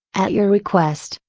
at your request,